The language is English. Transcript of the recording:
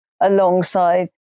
alongside